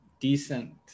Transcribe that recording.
decent